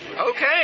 Okay